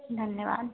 धन्यवाद